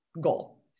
goal